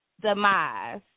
demise